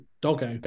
doggo